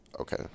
Okay